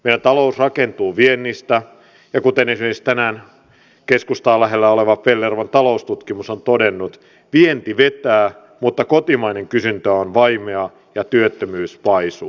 meidän talous rakentuu viennistä ja kuten esimerkiksi tänään keskustaa lähellä oleva pellervon taloustutkimus on todennut vienti vetää mutta kotimainen kysyntä on vaimeaa ja työttömyys paisuu